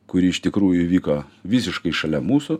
kuri iš tikrųjų įvyko visiškai šalia mūsų